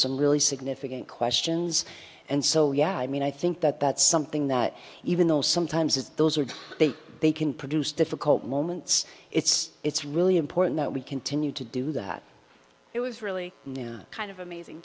some really significant questions and so yeah i mean i think that that's something that even though sometimes it's those are they they can produce difficult moments it's it's really important that we continue to do that it was really kind of amazing